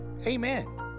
Amen